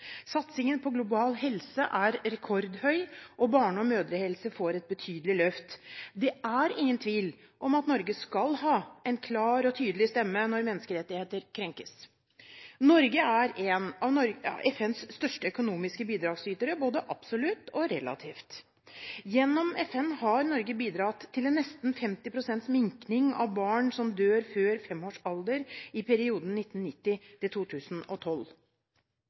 Satsingen på global helse er rekordhøy, og barne- og mødrehelse får et betydelig løft. Det er ingen tvil om at Norge skal ha en klar og tydelig stemme når menneskerettigheter krenkes. Norge er en av FNs største økonomiske bidragsytere, både absolutt og relativt. Gjennom FN har Norge bidratt til en nesten 50 pst. minking av barn som dør før femårsalder, i perioden 1990 til 2012.